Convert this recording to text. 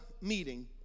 meeting